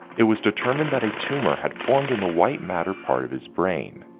it was determined that a tumor had formed in the white matter part of his brain.